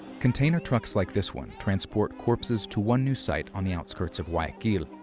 container trucks like this one transport corpses to one new site on the outskirts of guayaquil,